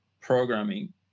programming